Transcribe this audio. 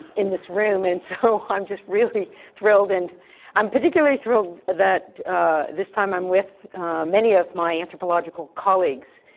in this room. and so, i'm just really thrilled. and i'm particularly thrilled that this time, i'm with many of my anthropological colleagues.